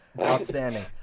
Outstanding